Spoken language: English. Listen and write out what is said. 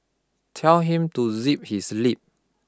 tell him to zip his lip